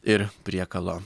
ir priekalo